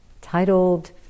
titled